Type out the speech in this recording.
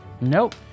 Nope